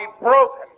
broken